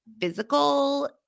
physical